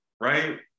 right